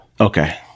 Okay